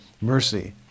mercy